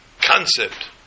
concept